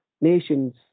nations